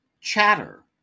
Chatter